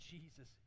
Jesus